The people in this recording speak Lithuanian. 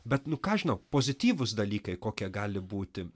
bet nu ką aš žinau pozityvūs dalykai kokie gali būti